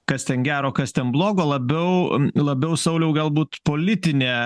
kas ten gero kas ten blogo labiau labiau sauliau galbūt politinę